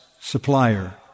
supplier